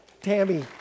Tammy